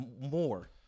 more